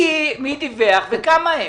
מי דיווח וכמה הם.